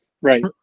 Right